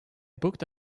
booked